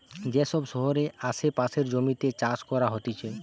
যে সব শহরের আসে পাশের জমিতে চাষ করা হতিছে